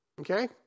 Okay